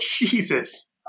Jesus